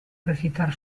recitar